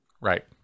Right